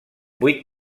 vuit